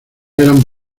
eran